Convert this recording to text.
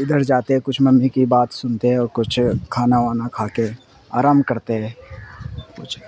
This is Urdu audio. ادھر جاتے کچھ ممی کی بات سنتے ہیں اور کچھ کھانا وانا کھا کے آرام کرتے ہیں کچھ